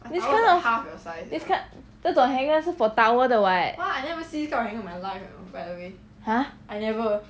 this kind of this kind 这种 hanger 是 for towel 的 [what] !huh!